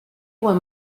buen